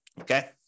okay